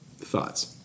Thoughts